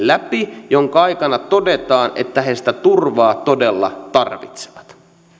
jonka aikana todetaan että he sitä turvaa todella tarvitsevat